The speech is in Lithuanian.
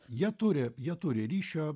jie turi jie turi ryšio